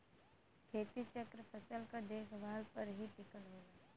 खेती चक्र फसल क देखभाल पर ही टिकल होला